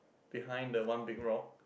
behind the one big rock